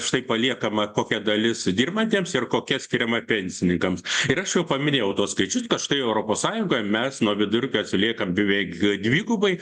štai paliekama kokia dalis dirbantiems ir kokia skiriama pensinikams ir aš jau paminėjau tuos skaičius kad štai europos sąjungoje mes nuo vidurkio atsiliekame beveik dvigubai